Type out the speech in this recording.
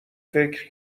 فکر